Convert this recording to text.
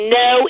no